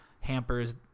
Hampers